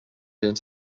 gens